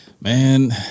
Man